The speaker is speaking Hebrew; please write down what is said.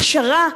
הכשרה,